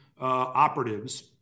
operatives